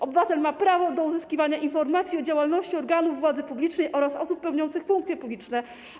Obywatel ma prawo do uzyskiwania informacji o działalności organów władzy publicznej oraz osób pełniących funkcje publiczne.